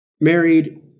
married